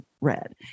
read